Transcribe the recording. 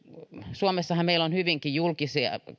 suomessahan meillä ovat hyvinkin julkisia